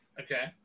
Okay